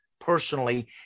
personally